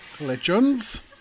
Legends